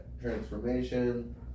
transformation